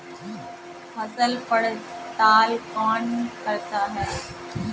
फसल पड़ताल कौन करता है?